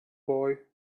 boy